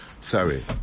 Sorry